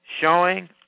showing